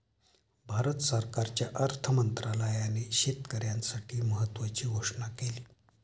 भारत सरकारच्या अर्थ मंत्रालयाने शेतकऱ्यांसाठी महत्त्वाची घोषणा केली